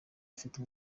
afite